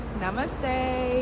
Namaste